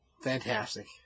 Fantastic